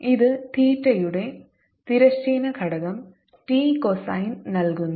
ഇത് തീറ്റയുടെ തിരശ്ചീന ഘടകം T കോസൈൻ നൽകുന്നു